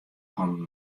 hannen